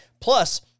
Plus